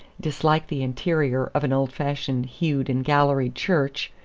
dislike the interior of an old-fashioned hewed and galleried church,